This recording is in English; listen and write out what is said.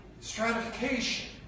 stratification